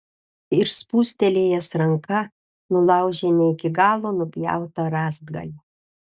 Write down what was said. ir spūstelėjęs ranka nulaužė ne iki galo nupjautą rąstgalį